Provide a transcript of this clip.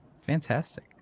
Fantastic